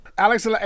Alex